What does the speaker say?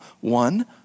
one